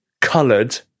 coloured